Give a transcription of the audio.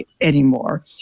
anymore